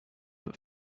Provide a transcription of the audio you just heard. but